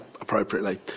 appropriately